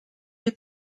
est